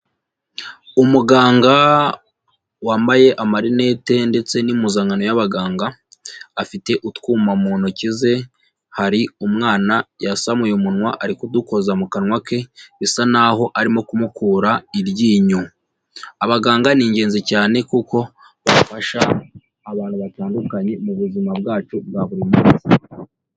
Umuganga wambaye amarinete ndetse n'impuzankano y'abaganga afite utwuma mu ntoki ze, hari umwana yasamuye umunwa ari kudukoza mu kanwa ke bisa n'aho arimo kumukura iryinyo. Abaganga ni ingenzi cyane kuko bafasha abantu batandukanye mu buzima bwacu bwa buri munsi.